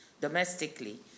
domestically